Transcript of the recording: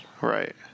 Right